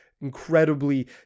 incredibly